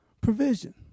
provision